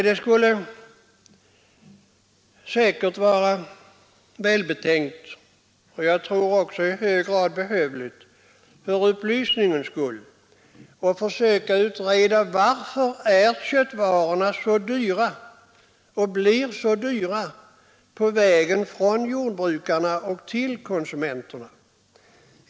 Det skulle säkert vara välbetänkt och i hög grad behövligt för upplysningens skull att försöka utreda varför köttvarorna är så dyra. Varför blir köttet så dyrt på vägen från jordbrukarna till konsumenterna?